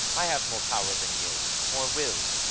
i have more power than you, more will.